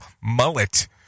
Mullet